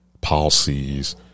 Policies